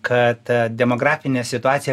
kad demografinė situacija